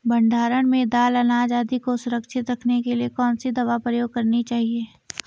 भण्डारण में दाल अनाज आदि को सुरक्षित रखने के लिए कौन सी दवा प्रयोग करनी चाहिए?